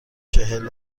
چهل